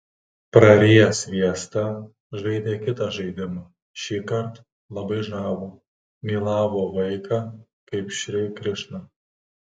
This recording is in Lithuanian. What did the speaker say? prariję sviestą žaidė kitą žaidimą šįkart labai žavų mylavo vaiką kaip šri krišną